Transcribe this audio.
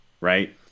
right